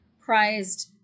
prized